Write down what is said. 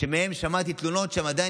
שמהם שמעתי תלונות שהם עדיין